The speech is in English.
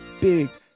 big